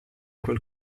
quel